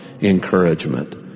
encouragement